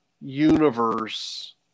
universe